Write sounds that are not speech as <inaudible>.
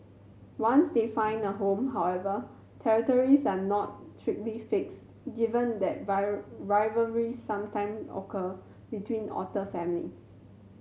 once they find a home however territories are not strictly fixed given that <unintelligible> rivalry sometime occur between otter families